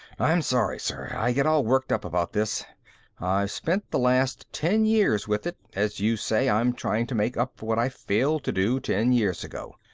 i'm sorry, sir. i get all worked up about this. i've spent the last ten years with it. as you say, i'm trying to make up for what i failed to do ten years ago.